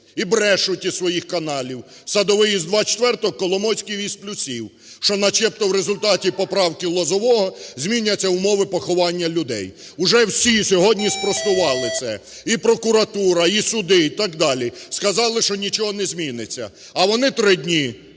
і брешуть із своїх каналів: Садовий із "24"-го, Коломойський із "плюсів". Що начебто в результаті поправки Лозового зміняться умови поховання людей. Уже всі сьогодні спростували це: і прокуратура, і суди, і так далі. Сказали, що нічого не зміниться. А вони три дні